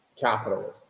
capitalism